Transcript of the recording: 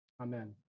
Amen